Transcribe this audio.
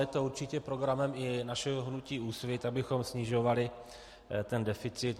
Je to určitě programem i našeho hnutí Úsvit, abychom snižovali deficit.